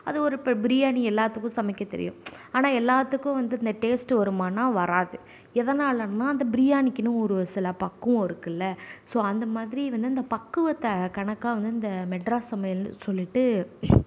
அது இப்போ ஒரு பிரியாணி எல்லாத்துக்கும் சமைக்க தெரியும் ஆனால் எல்லாத்துக்கும் வந்து இந்த டேஸ்ட் வருமான்னா வராது எதனால்ன்னா அந்த பிரியாணிக்குனு ஒரு சில பக்குவம் இருக்குதுல ஸோ அந்த மாதிரி வந்து அந்த பக்குவத்தை கணக்காக வந்து இந்த மெட்ராஸ் சமையல்னு சொல்லிட்டு